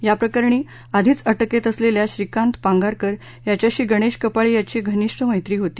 याप्रकरणी आधीच अटकेत असलेल्या श्रीकांत पांगारकर याच्याशी गणेश कपाळे याची घनिष्ठ मैत्री होती